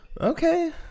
Okay